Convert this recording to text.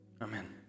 Amen